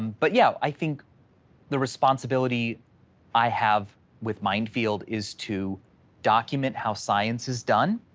but yeah, i think the responsibility i have with mind field is to document how science is done,